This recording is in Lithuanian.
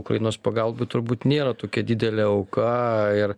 ukrainos pagalbai turbūt nėra tokia didelė auka ir